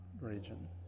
region